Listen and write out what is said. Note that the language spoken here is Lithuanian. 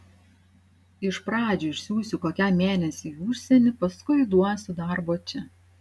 iš pradžių išsiųsiu kokiam mėnesiui į užsienį paskui duosiu darbo čia